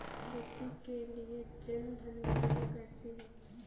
खेती के लिए जन धन योजना कैसी है?